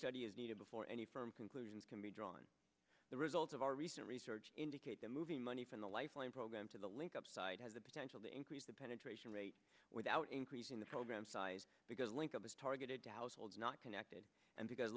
study is needed before any firm conclusions can be drawn the results of our recent research indicate that moving money from the lifeline program to the linkup side has the potential to increase the penetration rate without increasing the program size because link up is targeted to households not connected and